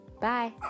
Bye